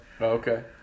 okay